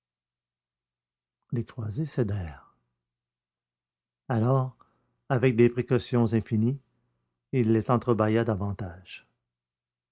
les croisées cédèrent alors avec des précautions infinies il les entrebâilla davantage